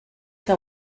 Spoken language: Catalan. que